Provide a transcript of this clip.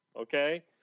okay